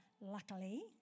luckily